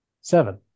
Seven